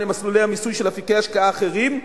למסלולי המיסוי של אפיקי השקעה אחרים,